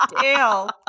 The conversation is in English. Dale